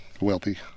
wealthy